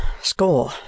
score